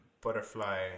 butterfly